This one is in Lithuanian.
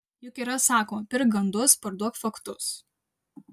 juk yra sakoma pirk gandus parduok faktus